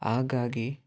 ಹಾಗಾಗಿ